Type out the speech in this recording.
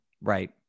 Right